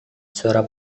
suara